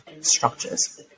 structures